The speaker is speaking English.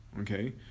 okay